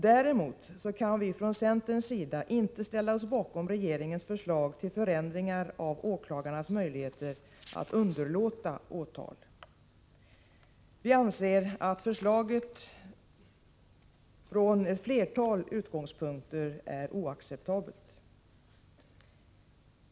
Däremot kan vi från centerns sida inte ställa oss bakom regeringens förslag till förändring av åklagarnas möjligheter att underlåta åtal. Vi anser att förslaget från ett flertal utgångspunkter är oacceptabelt.